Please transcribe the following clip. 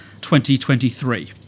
2023